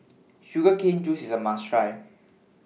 Sugar Cane Juice IS A must Try